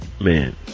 man